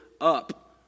up